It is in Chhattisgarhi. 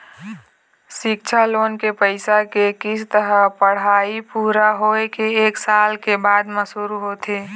सिक्छा लोन के पइसा के किस्त ह पढ़ाई पूरा होए के एक साल के बाद म शुरू होथे